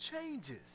changes